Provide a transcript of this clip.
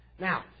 Now